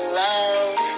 love